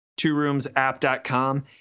tworoomsapp.com